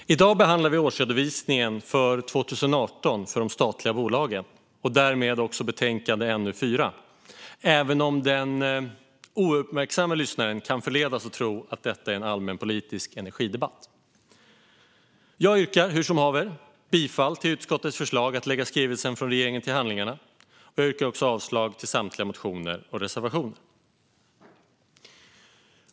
Fru talman! I dag behandlar vi årsredovisningen för 2018 för de statliga bolagen och därmed också betänkande NU4, även om den ouppmärksamme lyssnaren kan förledas att tro att detta är en allmänpolitisk energidebatt. Jag yrkar bifall till utskottets förslag att lägga skrivelsen från regeringen till handlingarna och yrkar avslag på samtliga motioner och reservationer.